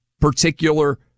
particular